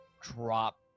drop